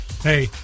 Hey